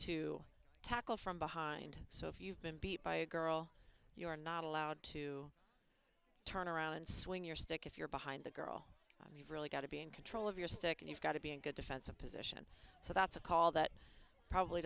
to tackle from behind so if you've been beat by a girl you're not allowed to turn around and swing your stick if you're behind the girl you've really got to be in control of your stick and you've got to be in good defensive position so that's a call that probably